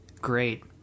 great